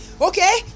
okay